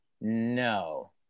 No